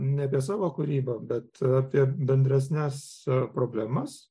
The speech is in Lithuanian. ne apie savo kūrybą bet apie bendresnes problemas